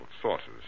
sources